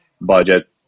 budget